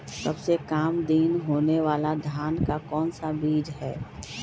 सबसे काम दिन होने वाला धान का कौन सा बीज हैँ?